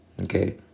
Okay